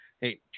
Hey